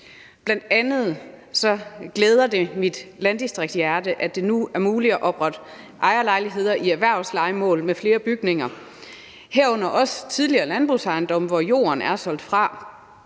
Bl.a. glæder det mit landdistriktshjerte, at det nu er muligt at oprette ejerlejligheder i erhvervslejemål med flere bygninger, herunder også tidligere landbrugsejendomme, hvor jorden er solgt fra.